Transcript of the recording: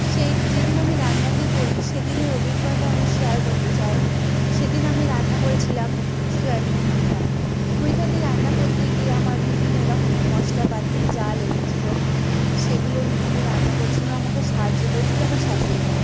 সেই যেদিন আমি রান্নাটি করি সেদিনের অভিজ্ঞতা আমি শেয়ার করতে চাই সেদিন আমি রান্না করেছিলাম সয়াবিনের মুইঠা মুইঠাটি রান্না করতে গিয়ে আমার বিভিন্ন রকমের মশলাপাতি যা লেগেছিলো সেগুলো নিয়ে আমি রান্না করেছিলাম আমাকে সাহায্য করেছিলো আমার শাশুড়ি মা